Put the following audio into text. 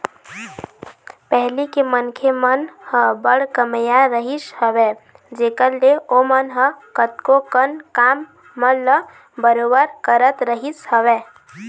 पहिली के मनखे मन ह बड़ कमइया रहिस हवय जेखर ले ओमन ह कतको कन काम मन ल बरोबर करत रहिस हवय